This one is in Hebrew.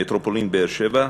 מטרופולין באר-שבע,